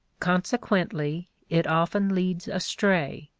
consequently it often leads astray,